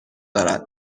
دارد